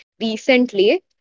recently